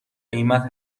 قیمت